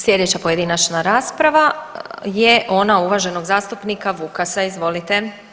Slijedeća pojedinačna rasprava je ona uvaženog zastupnika Vukasa, izvolite.